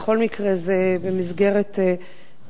בכל מקרה זה במסגרת אחריותך,